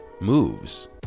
moves